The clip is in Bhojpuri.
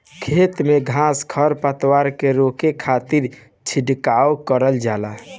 खेत में घास खर पतवार के रोके खातिर छिड़काव करल जाला